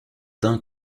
d’un